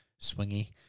swingy